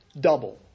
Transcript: double